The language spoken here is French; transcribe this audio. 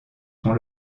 sont